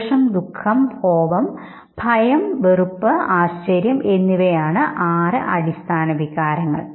സന്തോഷം ദു ഖം കോപം ഭയം വെറുപ്പ് ആശ്ചര്യം എന്നിവ ആണ് ആറ് അടിസ്ഥാന വികാരങ്ങൾ